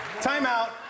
Timeout